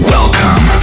Welcome